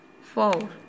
Four